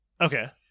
Okay